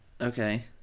okay